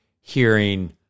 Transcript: hearing